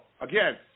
again